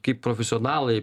kaip profesionalai